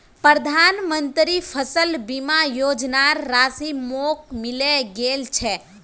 प्रधानमंत्री फसल बीमा योजनार राशि मोक मिले गेल छै